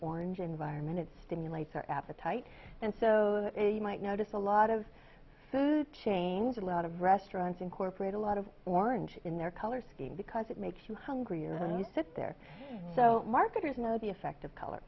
orange environment it stimulates our appetite and so you might notice a lot of food chains a lot of restaurants incorporate a lot of orange in their color scheme because it makes you hungry you know you sit there so marketers know the effect of color